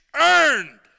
earned